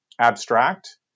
abstract